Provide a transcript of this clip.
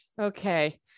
Okay